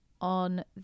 on